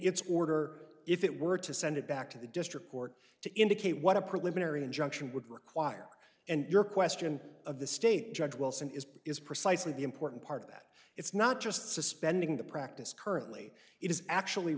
its order if it were to send it back to the district court to indicate what a preliminary injunction would require and your question of the state judge wilson is is precisely the important part of that it's not just suspending the practice currently it is actually